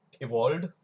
evolved